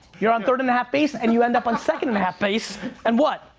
you're on third and a half base and you end up on second and a half base and what?